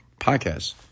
Podcast